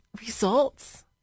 results